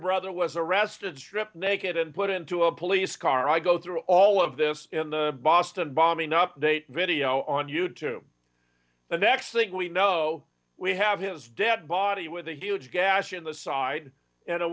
brother was arrested stripped naked and put into a police car i go through all of this in the boston bombing update video on you to the next thing we know we have his dead body with a huge gash in the side and a